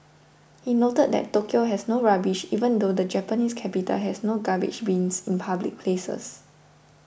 he noted that Tokyo has no rubbish even though the Japanese capital has no garbage bins in public places